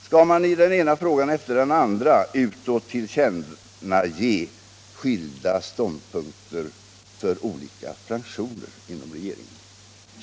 Skall man i den ena frågan efter den andra utåt tillkännage skilda ståndpunkter för olika fraktioner inom regeringen?